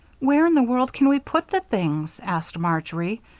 where in the world can we put the things? asked marjory,